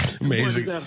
amazing